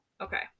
Okay